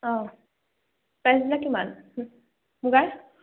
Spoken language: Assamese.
অঁ প্ৰাইচবিলাক কিমান মুগাৰ